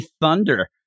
thunder